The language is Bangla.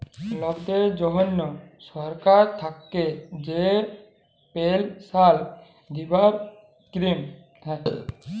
লকদের জনহ সরকার থাক্যে যে পেলসাল দিবার স্কিম হ্যয়